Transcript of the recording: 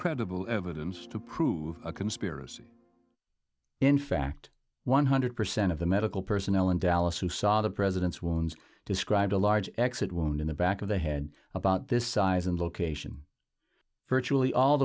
credible evidence to prove a conspiracy in fact one hundred percent of the medical personnel in dallas who saw the president's wounds described a large exit wound in the back of the head about this size and location virtually all